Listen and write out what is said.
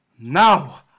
Now